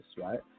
right